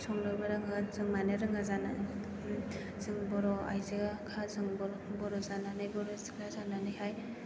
संनोबो रोङो जों मानो रोङा जानो जों बर' आइजोखा जों बर' जानानै बर' सिख्ला जानानैहाय